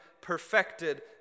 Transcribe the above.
perfected